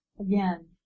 again